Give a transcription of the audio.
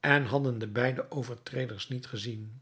en hadden de beide overtreders niet gezien